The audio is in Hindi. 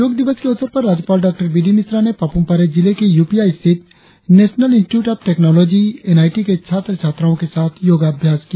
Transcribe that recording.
योग दिवस के अवसर पर राज्यपाल डॉ बी डी मिश्रा ने पापुम पारे जिले के यूपिया स्थित national institute of technology NIT के छात्र छात्राओं के साथ योगाभ्यास किया